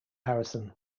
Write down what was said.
harrison